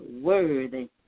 worthy